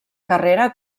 carrera